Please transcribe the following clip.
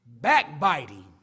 backbiting